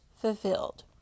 fulfilled